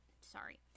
sorry